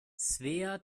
svea